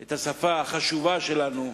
את השפה החשובה שלנו,